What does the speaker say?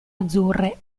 azzurre